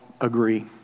agree